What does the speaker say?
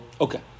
Okay